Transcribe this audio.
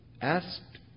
asked